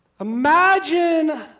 imagine